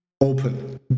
open